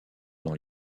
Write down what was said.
dans